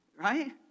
right